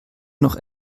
noch